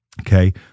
okay